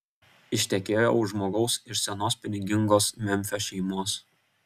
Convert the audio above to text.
ištekėjo už žmogaus iš senos pinigingos memfio šeimos